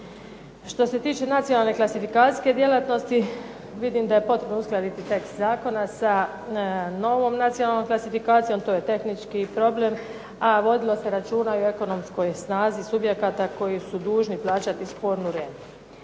Što se tiče nacionalne klasifikacijske djelatnosti vidim da je potrebno uskladiti tekst zakona sa novom nacionalnom klasifikacijom. To je tehnički problem, a vodilo se računa i o ekonomskoj snazi subjekata koji su dužni plaćati spornu rentu.